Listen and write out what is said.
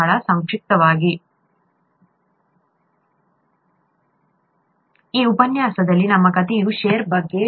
ಬಹಳ ಸಂಕ್ಷಿಪ್ತವಾಗಿ ಈ ಉಪನ್ಯಾಸದಲ್ಲಿ ನಮ್ಮ ಕಥೆಯು ಷೇರ್ ಬಗ್ಗೆ